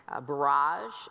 barrage